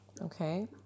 Okay